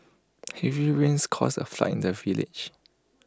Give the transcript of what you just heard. heavy rains caused A flood in the village